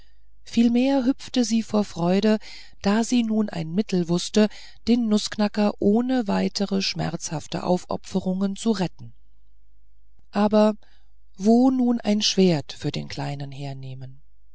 vielmehr hüpfte sie vor freuden da sie nun ein mittel wußte den nußknacker ohne weitere schmerzhafte aufopferungen zu retten aber wo nun ein schwert für den kleinen hernehmen